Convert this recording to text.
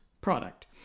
product